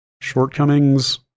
shortcomings